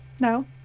no